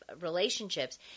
relationships